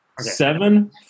seven